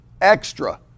extra